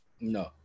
No